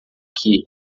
que